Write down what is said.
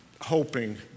hoping